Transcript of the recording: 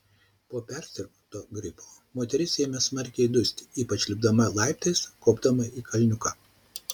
po persirgto gripo moteris ėmė smarkiai dusti ypač lipdama laiptais kopdama į kalniuką